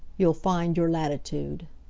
you'll find your latitude.